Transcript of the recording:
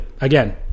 again